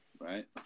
right